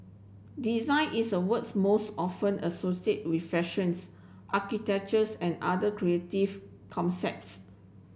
design is a words most often associate with fashions architectures and other creative concepts